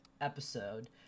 episode